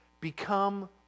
become